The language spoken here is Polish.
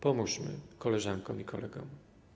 Pomóżmy koleżankom i kolegom.